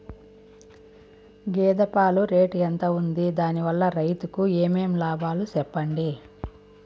గేదె పాలు రేటు ఎంత వుంది? దాని వల్ల రైతుకు ఏమేం లాభాలు సెప్పండి?